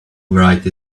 write